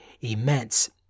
immense